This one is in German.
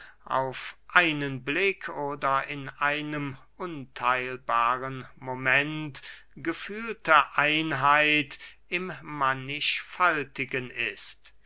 auf einen blick oder in einem untheilbaren moment gefühlte einheit im mannigfaltigen ist